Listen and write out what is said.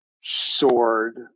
sword